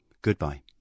Goodbye